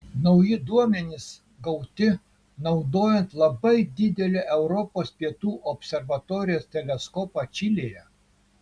nauji duomenys gauti naudojant labai didelį europos pietų observatorijos teleskopą čilėje